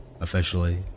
Officially